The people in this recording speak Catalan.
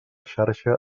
xarxa